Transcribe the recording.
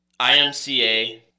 imca